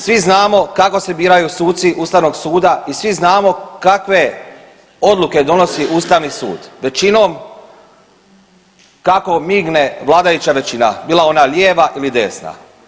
Svi znamo kako se biraju suci ustavnog suda i svi znamo kakve odluke donosi ustavni sud, većinom kako migne vladajuća većina bila ona lijeva ili desna.